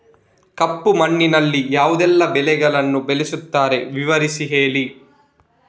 ಕಪ್ಪು ಮಣ್ಣಿನಲ್ಲಿ ಯಾವುದೆಲ್ಲ ಬೆಳೆಗಳನ್ನು ಬೆಳೆಸುತ್ತಾರೆ ವಿವರಿಸಿ ಹೇಳಿ